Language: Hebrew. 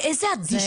יאומן, איזו אדישות.